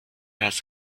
has